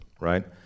right